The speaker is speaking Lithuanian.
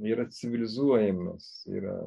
yra civilizuojamas yra